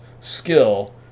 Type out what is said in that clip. skill